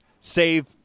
save